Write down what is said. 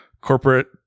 corporate